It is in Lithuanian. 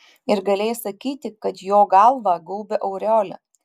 ir galėjai sakyti kad jo galvą gaubia aureolė